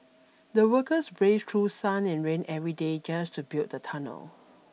the workers braved through sun and rain every day just to build the tunnel